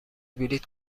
بلیط